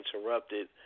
interrupted